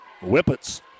Whippets